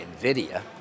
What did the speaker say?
NVIDIA